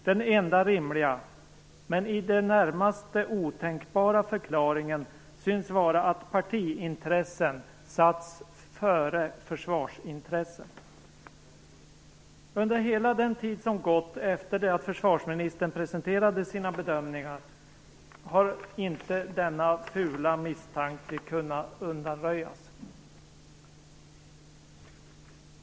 Den enda rimliga men i det närmaste otänkbara förklaringen syns vara att partiintressen satts före försvarsintressen. Under hela den tid som gått efter det att försvarsministern presenterade sina bedömningar har inte denna fula misstanke kunnat undanröjas.